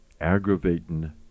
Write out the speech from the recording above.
Aggravatin